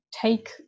take